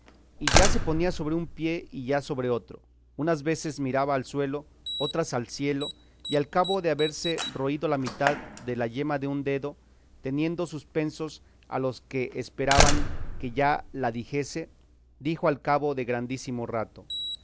y ya se ponía sobre un pie y ya sobre otro unas veces miraba al suelo otras al cielo y al cabo de haberse roído la mitad de la yema de un dedo teniendo suspensos a los que esperaban que ya la dijese dijo al cabo de grandísimo rato